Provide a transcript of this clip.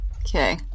Okay